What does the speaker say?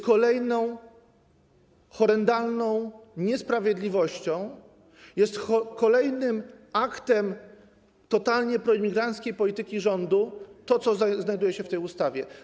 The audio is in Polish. Kolejną horrendalną niesprawiedliwością, kolejnym aktem totalnie proimigranckiej polityki rządu jest to, co znajduje się w tej ustawie.